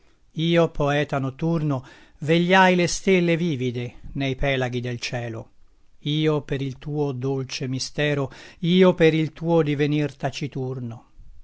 io poeta notturno vegliai le stelle vivide nei pelaghi del cielo io per il tuo dolce mistero io per il tuo divenir taciturno